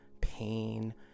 pain